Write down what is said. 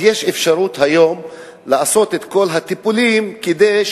יש אפשרות היום לעשות את כל הטיפולים כדי